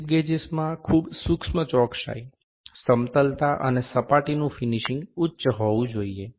slip ગેજેસમાં ખૂબ સૂક્ષ્મ ચોક્સાઈ સમતલતા અને સપાટીનું ફીનીશીંગ ઉચ્ચ હોવું જોઈએ